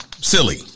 Silly